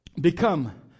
become